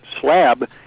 slab